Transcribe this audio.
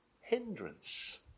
hindrance